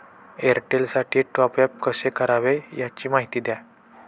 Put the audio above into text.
एअरटेलसाठी टॉपअप कसे करावे? याची माहिती द्या